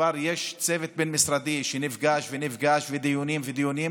כבר יש צוות בין-משרדי שנפגש ונפגש ודיונים ודיונים,